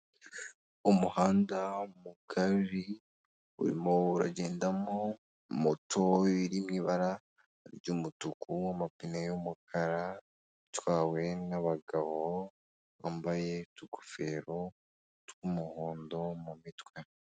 Ishusho igaragaza inoti nshyashya y'ibihumbi bitanu y'amafaranga y'u Rwanda. Hariho ibirango byinshi bitandukanye hariho agaseke ndetse n'umwana.